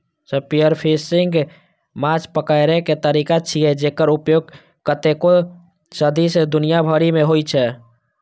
spearfishing माछ पकड़ै के तरीका छियै, जेकर उपयोग कतेको सदी सं दुनिया भरि मे होइ छै